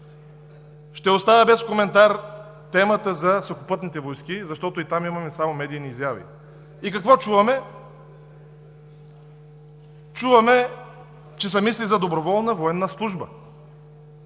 Ще оставя без коментар темата за сухопътните войски, защото и там имаме само медийни изяви. И какво чуваме? Чуваме, че се мисли за доброволна военна служба.